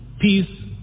peace